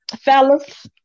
fellas